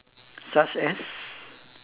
such as